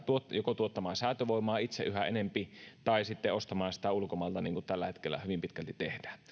joko tuottamaan säätövoimaa itse yhä enempi tai sitten ostamaan sitä ulkomailta niin kuin tällä hetkellä hyvin pitkälti tehdään